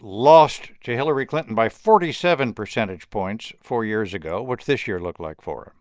lost to hillary clinton by forty seven percentage points four years ago. what's this year look like for him?